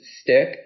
stick